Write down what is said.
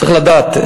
צריך לדעת,